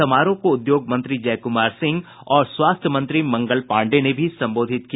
समारोह को उद्योग मंत्री जयकुमार सिंह और स्वास्थ्य मंत्री मंगल पांडेय ने भी संबोधित किया